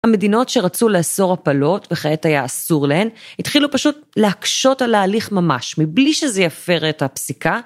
המדינות שרצו לאסור הפלות, וכעת היה אסור להן, התחילו פשוט להקשות על ההליך ממש, מבלי שזה יפר את הפסיקה.